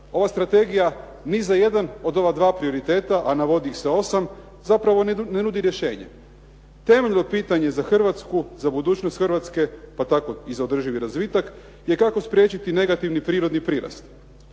Ova strategija ni za jedan od ova dva prioriteta, a navodi ih se osam, zapravo ne nudi rješenje. Temeljno pitanje za Hrvatsku, za budućnost Hrvatske pa tako i za održivi razvitak je kako spriječiti negativni prirodni prirast.